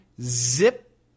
zip